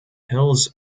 hills